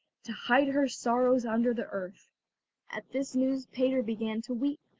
to hide her sorrows under the earth at this news peter began to weep,